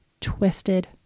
twisted